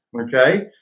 okay